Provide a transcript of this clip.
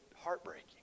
heartbreaking